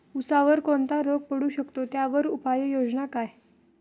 ऊसावर कोणता रोग पडू शकतो, त्यावर उपाययोजना काय?